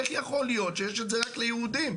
איך יכול להיות שיש את זה רק ליהודים?